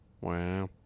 Wow